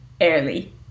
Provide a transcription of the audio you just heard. early